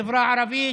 החברה הערבית,